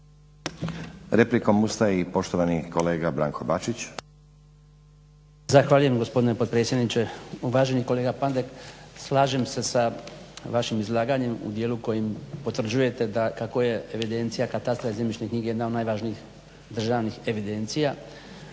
Replikom ustaje i poštovani kolega Branko Bačić. **Bačić, Branko (HDZ)** Zahvaljujem gospodine potpredsjedniče. Uvaženi kolega Pandek, slažem se sa vašim izlaganjem u dijelu kojim potvrđujete kako je evidencija katastra i zemljišne knjige jedna od najvažnijih državnih evidencija,